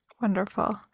Wonderful